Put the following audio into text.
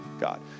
God